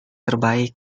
terbaik